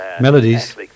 melodies